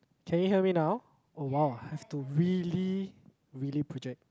can you hear me now oh !wow! I have to really really project